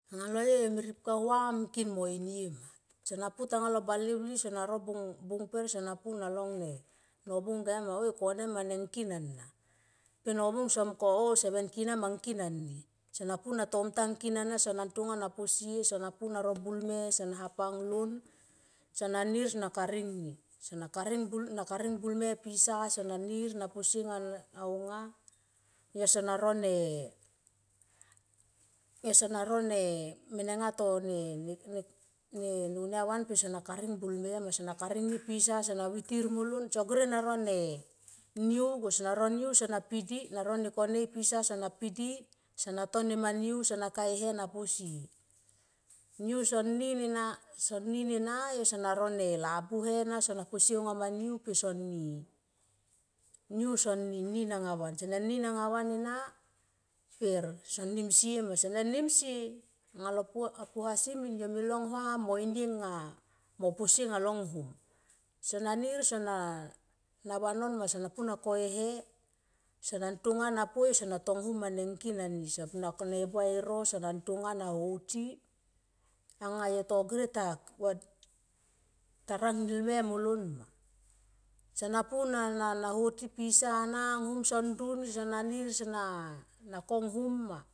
Anga lo yo, yome ripka vam ngkin mo inie ma sona pu tanga lo bale vli sona ro bung per sona pu na long ne nobung koma ma oi kone ma ne ngkin ana. Pe robung koma ma oi kone ma ne ngkin ana sona ntonga sona posie na pu na ro bulme na hapang lon sona nir na karing ni. Sona karing bulme pisa sona nir na posie aunga yo sona rone, yo sona rone menenga to ne unia van pe sona karing bulme ma, sona karing ni pisa sona vitir molon. Sogene na rone niugo sona ro niu na pidi naro nekone na pidi sona to nema niu sona ka e he na pose. Niu son nin era yo sona ro labuhe na sona posie anunga ma niu pe soni, niu son nin anga van, nin anga van ena per son nim sie ma, sene nim sie anga lo puasi min yo me long huam mo inie nga mo posie anga lo nghum. Sona nir na vanon ma sona pu mo ko e he sona tonga na poi na tong hum ma ne ngkin ani. Sapo na nebu ai ero sona ntonga na hoti anga yo to gere ta rang nel me molon ma sana puna hoti pisa na nghum si rdun sona nir sona konghum ma.